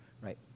right